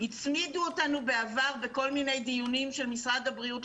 הצמידו אותנו בעבר בכל מיני דיונים של משרד הבריאות,